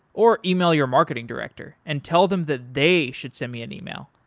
or yeah e-mail your marketing director and tell them that they should send me an yeah e-mail,